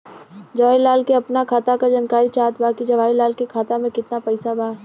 जवाहिर लाल के अपना खाता का जानकारी चाहत बा की जवाहिर लाल के खाता में कितना पैसा बा?